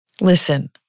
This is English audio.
Listen